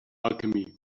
alchemy